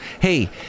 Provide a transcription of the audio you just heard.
Hey